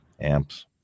amps